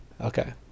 Okay